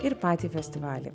ir patį festivalį